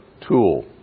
tool